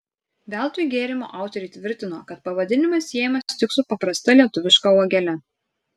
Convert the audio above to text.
veltui gėrimo autoriai tvirtino kad pavadinimas siejamas tik su paprasta lietuviška uogele